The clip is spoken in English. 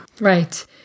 Right